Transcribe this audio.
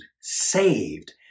saved